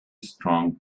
strong